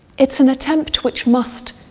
it's an attempt which must,